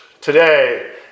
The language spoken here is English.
today